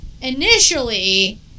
initially